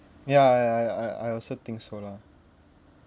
ya ya ya ya I I also think so lah